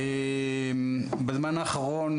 בזמן האחרון,